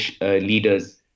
leaders